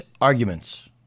arguments